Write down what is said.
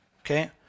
okay